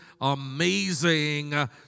amazing